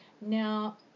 Now